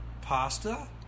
pasta